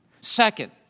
Second